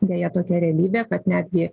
deja tokia realybė kad netgi